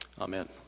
Amen